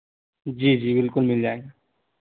जी जी बिलकुल मिल जाएगा